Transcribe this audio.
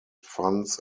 funds